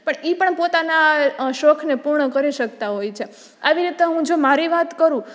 પણ એ પણ પોતાના શોખને પૂર્ણ કરી શકતા હોય છે આવી રીતે હું જો મારી વાત કરું